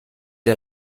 der